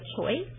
choice